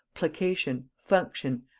placation, function,